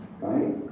Right